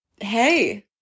Hey